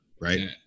right